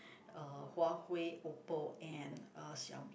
uh Huawei Oppo and uh Xiaomi